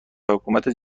حکومت